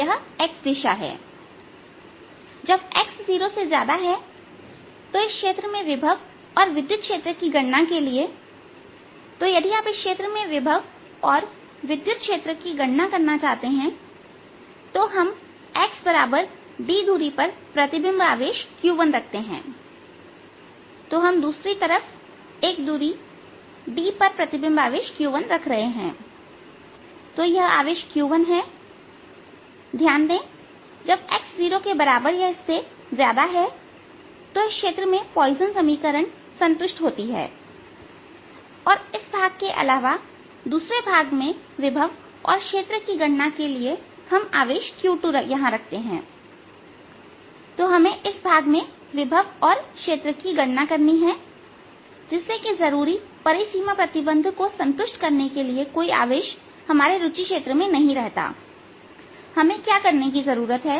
यह x दिशा है x0 क्षेत्र में विभव और विद्युत क्षेत्र की गणना के लिए तो यदि आप इस क्षेत्र में विभव और विद्युत क्षेत्र की गणना करना चाहते हैं हम xd दूरी पर प्रतिबिंब आवेश q1रखते हैं तो हम दूसरी तरफ एक दूरी d पर प्रतिबिंब आवेश q1 रख रहे हैं तो यह आवेश q1 है ध्यान दे x0 क्षेत्र में पॉइजन समीकरण संतुष्ट होती है और इस भाग के अलावा दूसरे भाग में विभव और क्षेत्र की करने के लिए हम आवेश q2 यहां रखते हैं तो हमें इस भाग में विभव और क्षेत्र की गणना करनी है जिससे कि जरूरी परिसीमा प्रतिबंध को संतुष्ट करने के लिए कोई आवेश हमारी रूचि के क्षेत्र में नहीं रहता हमें क्या करने की जरूरत है